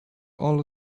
all